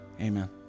Amen